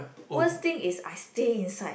worst thing is I stay inside